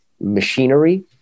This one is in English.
machinery